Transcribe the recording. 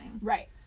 Right